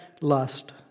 lust